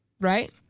right